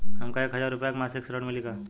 हमका एक हज़ार रूपया के मासिक ऋण मिली का?